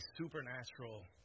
supernatural